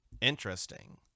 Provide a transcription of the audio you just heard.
interesting